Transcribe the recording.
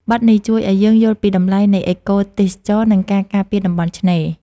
បទនេះជួយឱ្យយើងយល់ពីតម្លៃនៃអេកូទេសចរណ៍ និងការការពារតំបន់ឆ្នេរ។